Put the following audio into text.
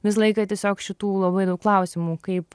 visą laiką tiesiog šitų labai daug klausimų kaip